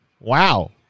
Wow